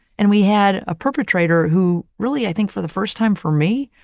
and we had a perpetrator who really, i think, for the first time for me,